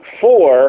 four